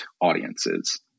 audiences